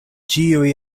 ĉiuj